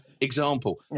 example